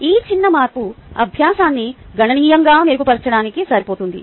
ఈ చిన్న మార్పు అభ్యాసాన్ని గణనీయంగా మెరుగుపరచడానికి సరిపోతుంది